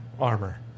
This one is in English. armor